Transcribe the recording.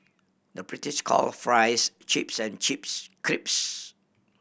the British calls fries chips and chips crisps